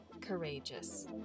courageous